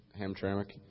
Hamtramck